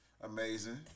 Amazing